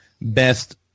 best